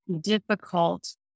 difficult